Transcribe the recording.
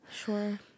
Sure